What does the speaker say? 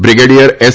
brigadier S